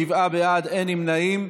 שבעה בעד ואין נמנעים.